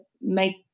make